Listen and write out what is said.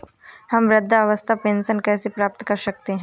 हम वृद्धावस्था पेंशन कैसे प्राप्त कर सकते हैं?